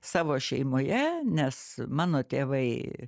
savo šeimoje nes mano tėvai